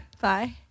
Bye